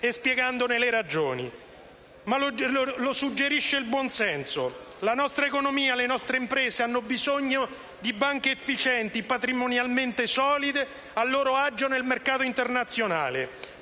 la spiegazione delle ragioni - ma perché lo suggerisce il buonsenso. La nostra economia, le nostre imprese hanno bisogno di banche efficienti, patrimonialmente solide, a loro agio nel mercato internazionale;